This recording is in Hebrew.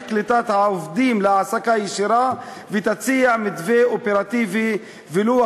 קליטת העובדים להעסקה ישירה ותציע מתווה אופרטיבי ולוח